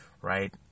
right